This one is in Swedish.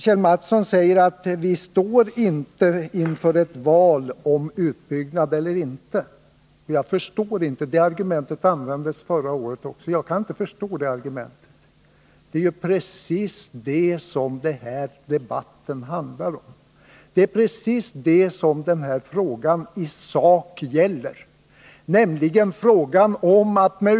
Kjell Mattsson säger att vi inte står inför ett val av om vi skall bygga ut eller inte. Det argumentet användes förra året också. Jag förstår inte det. Det är precis det som den här debatten handlar om och som den här frågan i sak gäller.